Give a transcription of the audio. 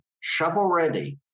shovel-ready